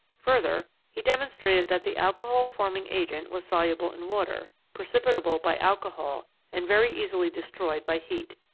further, he demonstrated that the alcohol-forming agent was soluble in water, precipitable by alcohol, and very easily destroyed by heat.